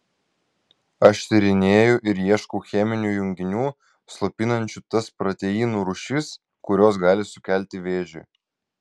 aš tyrinėju ir ieškau cheminių junginių slopinančių tas proteinų rūšis kurios gali sukelti vėžį